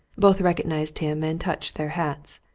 both recognized him and touched their hats.